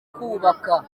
kubaka